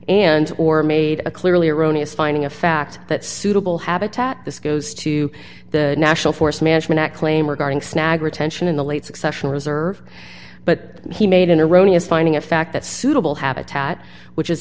and or made a clearly erroneous finding of fact that suitable habitat this goes to the national forest management act claim regarding snag retention in the late succession reserve but he made an iranian finding of fact that suitable habitat which is